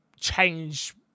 change